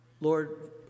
Lord